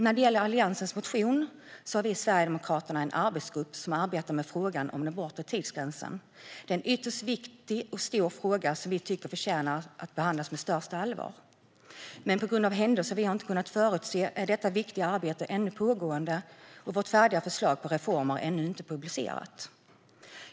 När det gäller Alliansens motion har vi sverigedemokrater en arbetsgrupp som arbetar med frågan om den bortre tidsgränsen. Det är en ytterst viktig och stor fråga som förtjänar att behandlas med största allvar. Men på grund av händelser som vi inte har kunnat förutse är detta viktiga arbete ännu pågående, och vårt färdiga förslag på reformer är ännu inte publicerat.